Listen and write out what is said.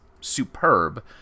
superb